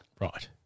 Right